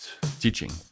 teaching